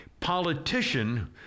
politician